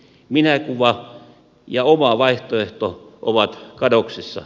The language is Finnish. minäkuva ja oma vaihtoehto ovat kadoksissa